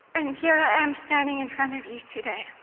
and here and i am standing in front of you today.